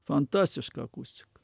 fantastiška akustika